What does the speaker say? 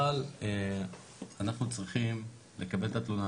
אבל אנחנו צריכים לקבל את התלונה,